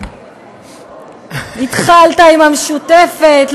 התחלת עם המשותפת,